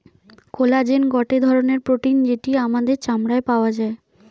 collagen গটে ধরণের protein যেটি আমাদের চামড়ায় পাওয়া যায়